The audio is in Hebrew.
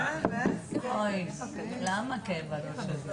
הישיבה ננעלה בשעה